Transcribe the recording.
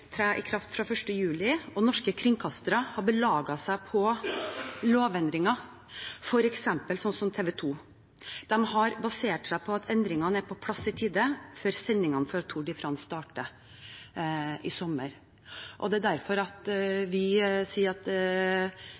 tre i kraft fra 1. juli, og norske kringkastere har belaget seg på lovendringen. For eksempel har TV 2 basert seg på at endringene er på plass i tide, før sendingene fra Tour de France starter i sommer. Derfor sier vi at regjeringen i forskriftendringen vil ivareta og presisere de hensynene som vi